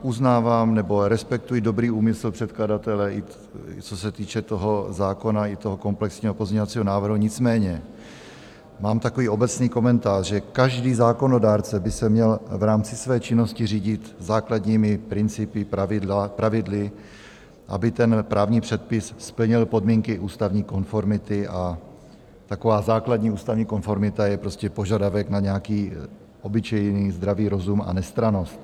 Uznávám nebo respektuji dobrý úmysl předkladatele, i co se týče toho zákona, i toho komplexního pozměňovacího návrhu, nicméně mám takový obecný komentář, že každý zákonodárce by se měl v rámci své činnosti řídit základními principy, pravidly, aby právní předpis splnil podmínky ústavní konformity, a taková základní ústavní konformita je prostě požadavek na nějaký obyčejný zdravý rozum a nestrannost.